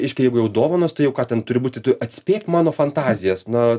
reiškia jeigu jau dovanos tai jau ką ten turi būti atspėk mano fantazijas na